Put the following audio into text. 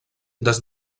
des